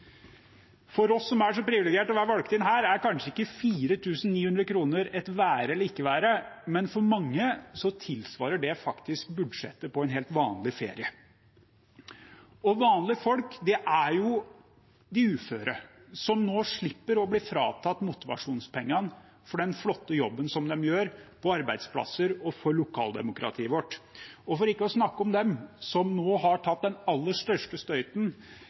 For oss som er så privilegerte å være valgt inn her, er kanskje ikke 4 900 kr et være eller ikke være, men for mange tilsvarer det faktisk budsjettet på en helt vanlig ferie. Vanlige folk er de uføre, som nå slipper å bli fratatt motivasjonspengene for den flotte jobben de gjør på arbeidsplasser og for lokaldemokratiet vårt. For ikke å snakke om dem som nå har tatt den aller største støyten